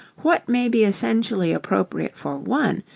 what may be essentially appropriate for one,